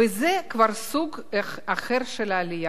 וזה כבר סוג אחר של עלייה: